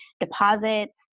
deposits